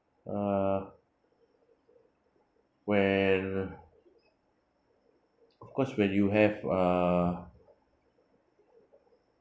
uh when of course when you have uh